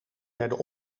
werden